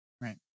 Right